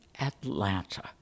Atlanta